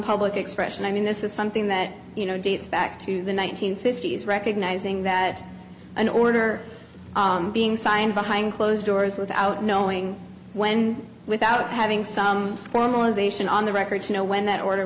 public expression i mean this is something that you know dates back to the one nine hundred fifty s recognizing that in order being signed behind closed doors without knowing when without having some formalization on the record you know when that order